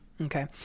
Okay